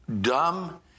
dumb